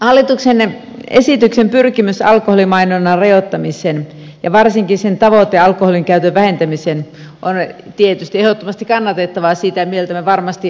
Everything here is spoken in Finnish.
hallituksen esityksen pyrkimys alkoholimainonnan rajoittamiseen ja varsinkin sen tavoite alkoholinkäytön vähentämiseen on tietysti ehdottomasti kannatettavaa sitä mieltä me varmasti olemme kaikki